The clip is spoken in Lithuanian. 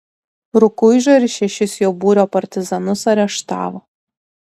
rukuižą ir šešis jo būrio partizanus areštavo